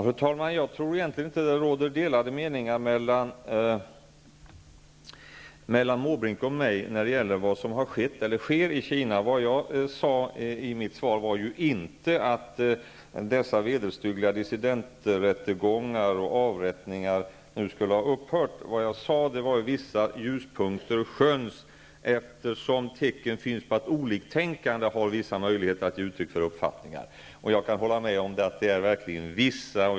Fru talman! Jag tror inte att det egentligen råder några delade meningar mellan Bertil Måbrink och mig när det gäller vad som har skett eller sker i Kina. Vad jag sade i mitt svar var inte att de vederstyggliga dissidenträttegångarna och avrättningarna nu skulle ha upphört. Jag sade bara att vissa ljuspunkter nu kan skönjas — tecken finns på att oliktänkande har vissa möjligheter att nu ge uttryck för uppfattningar. Jag kan hålla med om att det verkligen är fråga om ”vissa”.